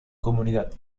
comunidad